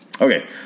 Okay